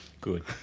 Good